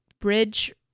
bridge